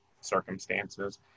circumstances